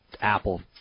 Apple